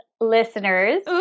listeners